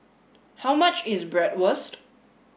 how much is Bratwurst